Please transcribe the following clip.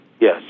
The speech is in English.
yes